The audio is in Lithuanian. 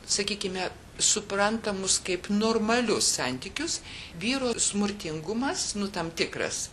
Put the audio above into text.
sakykime suprantamus kaip normalius santykius vyrų smurtingumas nu tam tikras